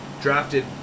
Drafted